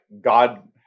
God